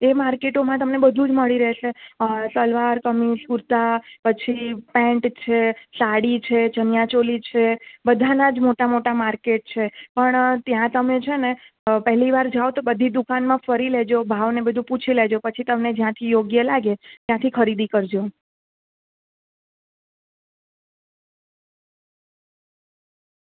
એ માર્કેટોમાં તમને બધું જ મળી રહેશે સલવાર કમિઝ કુર્તા પછી પેન્ટ છે સાડી છે ચણીયા ચોલી છે બધાનાં જ મોટા મોટા માર્કેટ છે પણ ત્યાં તમે છેને પહેલી વાર જાઓ તો બધી દુકાનમાં ફરી લેજો ભાવને બધું પૂછી લેજો પછી તમને જ્યાંથી યોગ્ય લાગે ત્યાંથી ખરીદી કરજો